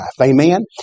Amen